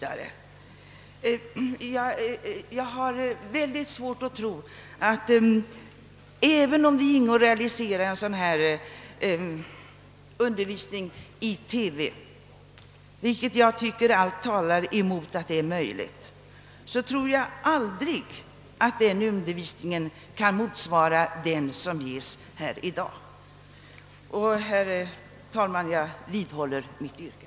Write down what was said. Även om det går att meddela sådan undervisning i TV — jag tycker att allting talar för att det inte låter sig göra — tror jag ändå inte att den undervisningen kan motsvara den som nu meddelas. Herr talman! Jag vidhåller mitt yrkande.